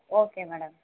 okay madam